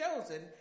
chosen